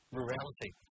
rurality